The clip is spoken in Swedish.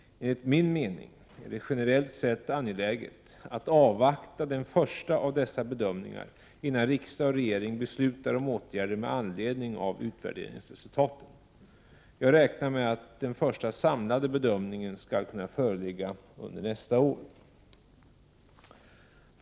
Enligt min mening är det generellt I sett angeläget att avvakta den första av dessa bedömningar innan riksdag och regering beslutar om åtgärder med anledning av utvärderingsresultaten. Jag räknar med att den första samlade bedömningen skall kunna föreligga under nästa år.